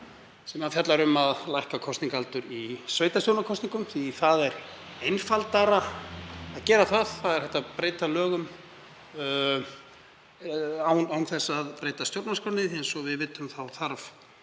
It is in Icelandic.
sem fjallar um að lækka kosningaaldur í sveitarstjórnarkosningum því það er einfaldara að gera. Það er hægt að breyta lögum án þess að breyta stjórnarskránni. Eins og við vitum þarf